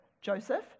Joseph